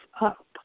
up